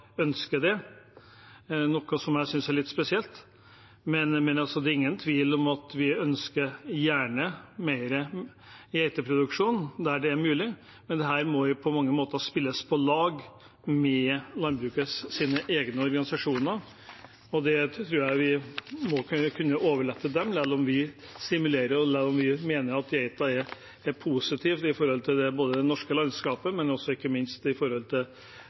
det, noe jeg synes er litt spesielt. Det er ingen tvil om at vi ønsker mer geiteproduksjon der det er mulig, men her må det på mange måter spilles på lag med landbrukets egne organisasjoner. Det tror jeg vi må kunne overlate til dem, selv om vi stimulerer, og selv om vi mener at geita er positiv både for det norske landskapet og ikke minst med tanke på de mulighetene som er når det gjelder kjøtt og melk. Geitenæringen har lange tradisjoner i